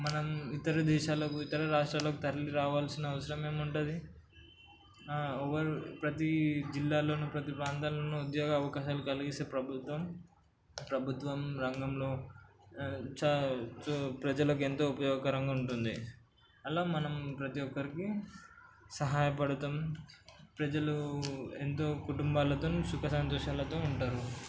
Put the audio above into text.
మనం ఇతర దేశాలకు ఇతర రాష్ట్రాలకు తరలి రావాల్సిన అవసరం ఏమి ఉంటుంది ప్రతీ జిల్లాలోను ప్రతీ ప్రాంతంలోనూ ఉద్యోగ అవకాశాలు కలిగిస్తే ప్రభుత్వం ప్రభుత్వం రంగంలో ప్రజలకు ఎంతో ఉపయోగకరంగా ఉంటుంది అలా మనం ప్రతీ ఒక్కరికి సహాయ పడతాము ప్రజలు ఎంతో కుటుంబాలతోని సుఖసంతోషాలతోని ఉంటారు